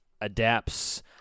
adapts